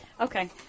Okay